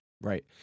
Right